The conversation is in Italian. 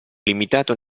limitato